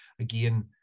again